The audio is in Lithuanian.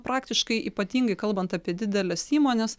praktiškai ypatingai kalbant apie dideles įmones